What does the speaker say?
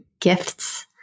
gifts